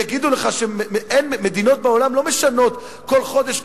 יגידו לך שמדינות בעולם לא משנות כל חודש,